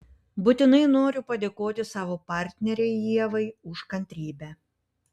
būtinai noriu padėkoti savo partnerei ievai už kantrybę